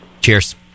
Cheers